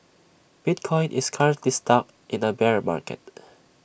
bitcoin is currently stuck in A bear market